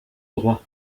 droit